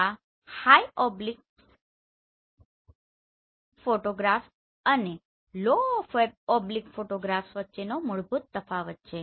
આ high oblique અને low oblique photograph વચ્ચેનો મૂળ તફાવત છે